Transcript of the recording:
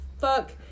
fuck